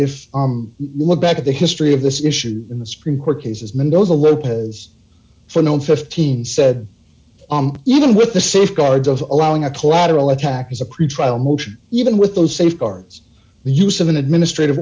you look back at the history of this issue in the supreme court cases mendoza lopez for no fifteen said even with the safeguards of allowing a collateral attack as a pretrial motion even with those safeguards the use of an administrative